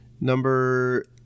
Number